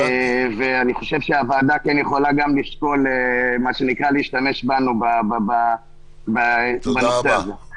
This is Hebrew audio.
הוועדה יכולה לשקול להשתמש בנו בנושא הזה.